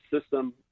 system